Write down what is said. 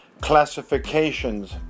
classifications